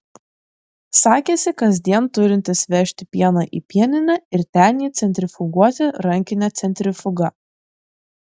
sakėsi kasdien turintis vežti pieną į pieninę ir ten jį centrifuguoti rankine centrifuga